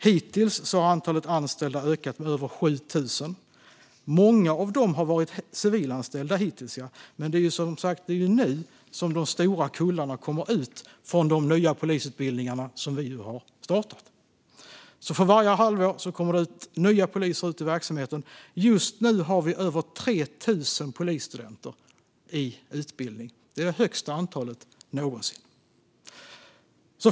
Hittills har antalet anställda ökat med över 7 000. Många av dem har varit civilanställda hittills, ja, men det är som sagt nu de stora kullarna kommer ut från de nya polisutbildningar som vi har startat. Varje halvår kommer det alltså ut nya poliser i verksamheten, och just nu har vi över 3 000 polisstudenter i utbildning. Det är det högsta antalet någonsin.